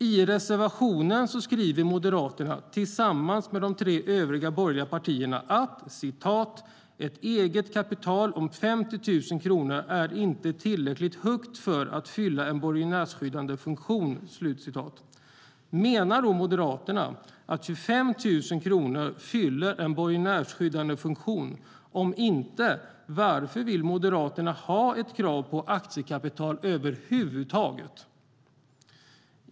I reservationen skriver Moderaterna tillsammans med de tre övriga borgerliga partierna att ett eget kapital om 50 000 kronor inte är tillräckligt högt för att fylla en borgenärsskyddande funktion. Menar Moderaterna att 25 000 kronor fyller en borgenärsskyddande funktion? Om inte, varför vill Moderaterna ha ett krav på aktiekapital över huvud taget?